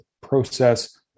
process